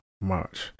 March